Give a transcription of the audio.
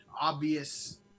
obvious